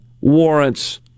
warrants